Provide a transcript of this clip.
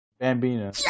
Bambina